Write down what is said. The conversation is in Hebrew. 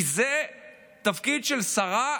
כי זה תפקיד של שרה,